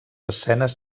escenes